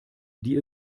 die